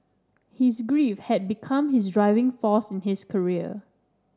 his grief had become his driving force in his career